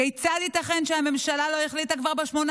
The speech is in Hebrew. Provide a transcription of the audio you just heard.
כיצד ייתכן שהממשלה לא החליטה כבר ב-8